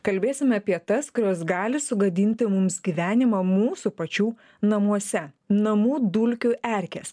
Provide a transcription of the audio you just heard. kalbėsim apie tas kurios gali sugadinti mums gyvenimą mūsų pačių namuose namų dulkių erkės